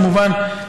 כמובן,